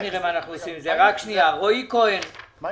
יש